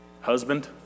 husband